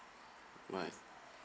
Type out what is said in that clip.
bye